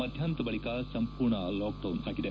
ಮಧ್ಯಾಹ್ನದ ಬಳಿಕ ಸಂಪೂರ್ಣ ಲಾಕ್ಡೌನ್ ಆಗಿದೆ